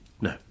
No